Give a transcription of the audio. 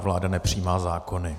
Vláda nepřijímá zákony.